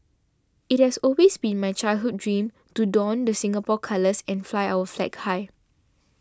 it has always been my childhood dream to don the Singapore colours and fly our flag high